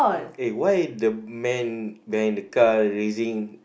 eh why the man behind the car raising